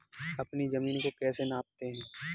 अपनी जमीन को कैसे नापते हैं?